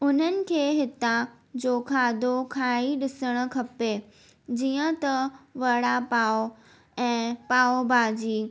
उन्हनि खे हितां जो खाधो खाई ॾिसणु खपे जीअं त वड़ा पाव ऐं पाव भाॼी